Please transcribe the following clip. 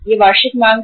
यह वार्षिक मांग है